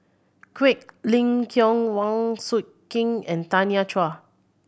Quek Ling Kiong Wang Sui King and Tanya Chua